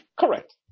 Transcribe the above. correct